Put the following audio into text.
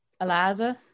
eliza